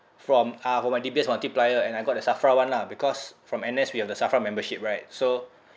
from uh for my D_B_S multiplier and I got the SAFRA [one] lah because from N_S we have the SAFRA membership right so